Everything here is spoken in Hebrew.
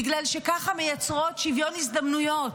בגלל שככה מייצרות שוויון הזדמנויות.